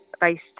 based